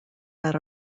that